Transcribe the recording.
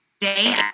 day